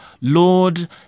Lord